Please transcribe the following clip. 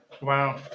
Wow